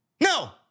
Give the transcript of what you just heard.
No